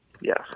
Yes